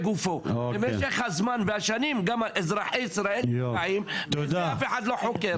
במשך הזמן והשנים גם אזרחי ישראל ואת זה אף אחד לא חוקר.